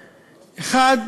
עליהן: